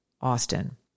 Austin